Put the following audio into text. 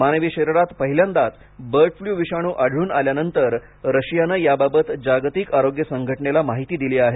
मानवी शरीरात पहिल्यांदाच बर्ड फ्लू विषाणू आढळून आल्यानंतर रशियानं याबाबत जागतिक आरोग्य संघटनेला माहिती दिली आहे